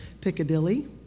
Piccadilly